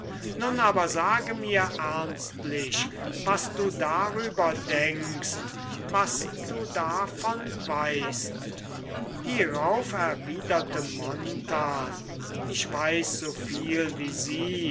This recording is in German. nun aber sage mir ernstlich was du darüber denkst was du davon weißt hierauf erwiderte montan ich weiß so viel wie sie